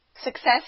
success